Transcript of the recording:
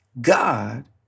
God